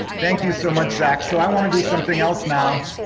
thank you so much zack. so i want to do something else, now.